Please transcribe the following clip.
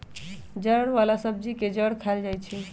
जड़ वाला सब्जी के जड़ खाएल जाई छई